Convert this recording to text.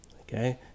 okay